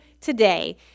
today